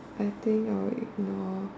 I think I would ignore